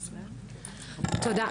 תודה.